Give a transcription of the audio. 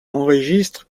enregistre